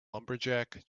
lumberjack